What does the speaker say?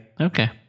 okay